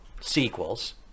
sequels